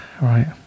right